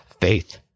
faith